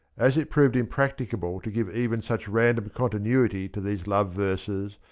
as it proved impracticable to give even such random continuity to these love-verses,